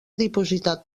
dipositat